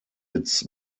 its